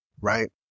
right